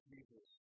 Jesus